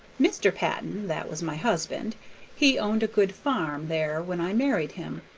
mr. patton that was my husband he owned a good farm there when i married him,